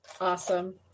Awesome